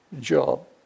job